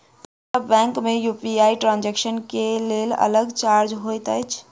की सब बैंक मे UPI transaction केँ लेल अलग चार्ज होइत अछि?